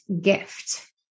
gift